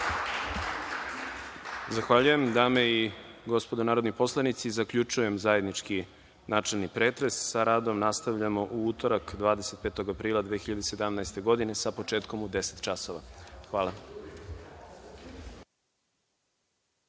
Zahvaljujem. Dame i gospodo narodni poslanici, zaključujem zajednički načelni pretres. Sa radom nastavljamo u utorak, 25. aprila 2017. godine, sa početkom u 10 časova. Hvala.